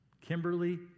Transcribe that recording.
Kimberly